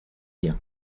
lien